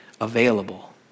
available